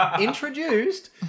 Introduced